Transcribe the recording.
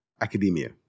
academia